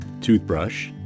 toothbrush